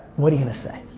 what are you gonna say?